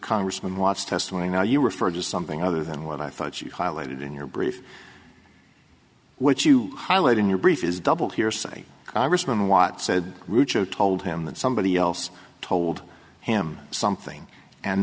congressman watts testimony now you referred to something other than what i thought she highlighted in your brief what you highlight in your brief is double hearsay congressman watt said groucho told him that somebody else told him something and